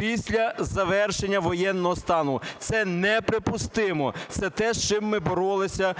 після завершення воєнного стану. Це неприпустимо. Це те, з чим ми боролися